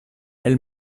elle